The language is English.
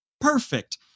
perfect